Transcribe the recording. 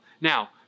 Now